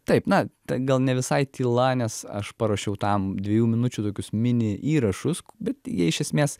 taip na ten gal ne visai tyla nes aš paruošiau tam dviejų minučių tokius mini įrašus bet jie iš esmės